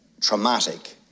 traumatic